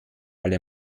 alle